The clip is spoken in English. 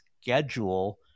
schedule